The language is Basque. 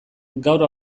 gaur